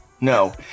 no